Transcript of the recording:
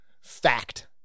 Fact